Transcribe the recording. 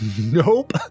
Nope